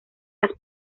las